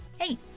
hey